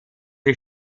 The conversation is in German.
die